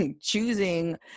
Choosing